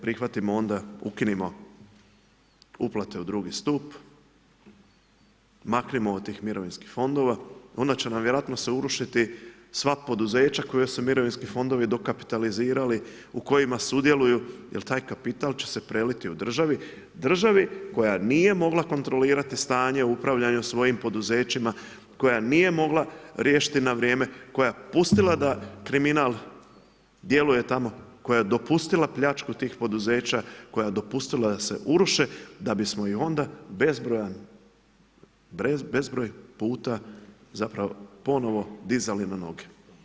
Prihvatimo onda, ukinimo uplate u drugi stup, maknimo od tih mirovinskih fondova, onda će nam vjerojatno se urušiti sva poduzeća koja su mirovinski fondovi dokapitalizirali, u kojima sudjeluju jer taj kapital će se preliti u državi, državi koja nije mogla kontrolirati stanje u upravljanju svojim poduzećima, koja nije riješiti na vrijeme, koja je pustila da kriminal djeluje tamo, koja je dopustila pljačku tih poduzeća, koja je dopustila da se uruše, da bismo ih onda bezbroj puta zapravo ponovo dizali na noge.